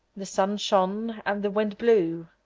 the sun shone, and the wind blew,